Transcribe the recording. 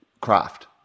craft